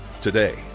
Today